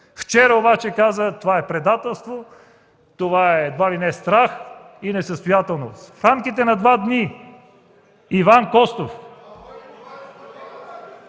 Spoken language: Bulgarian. Вчера обаче казва, че това е предателство, че това е едва ли не страх и несъстоятелност. В рамките на два дни Иван Костов…